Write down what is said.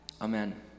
Amen